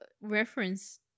reference